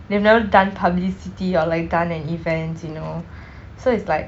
they have never done publicity or like done an event you know so it's like